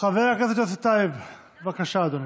חבר הכנסת יוסף טייב, בבקשה, אדוני.